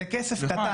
זה כסף קטן.